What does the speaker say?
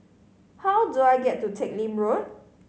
how do I get to Teck Lim Road